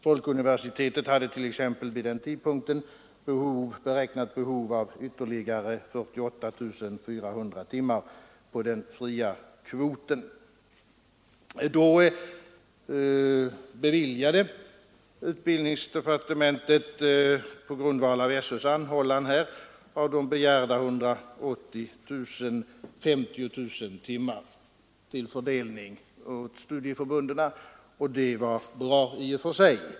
Folkuniversitetet hade t.ex. vid den tidpunkten ett beräknat behov av ytterligare 48 400 timmar på den fria kvoten. På grundval av SÖ: anhållan beviljade utbildningsdepartementet 50 000 timmar av de begärda 180 000 till fördelning åt studieförbunden, och det var bra i och för sig.